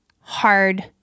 hard